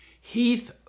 Heath